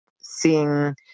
seeing